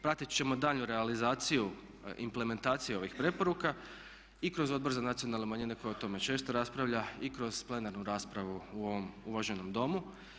Pratit ćemo daljnju realizaciju, implementaciju ovih preporuka i kroz Odbor za nacionalne manjine koji o tome često raspravlja i kroz plenarnu raspravu u ovom uvaženom Domu.